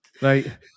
Right